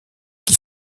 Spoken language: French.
qui